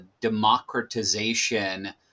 democratization